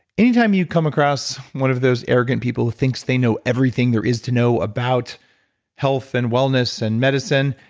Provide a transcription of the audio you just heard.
anytime you come across one of those arrogant people who thinks they know everything there is to know about health and wellness and medicine,